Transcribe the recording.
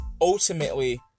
ultimately